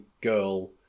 girl